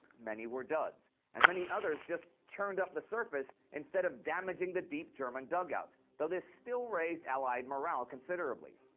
many were duds, and many others just churned up the surface instead of damaging the deep german dugouts, though this still raised allied morale considerably.